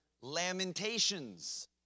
Lamentations